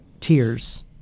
tears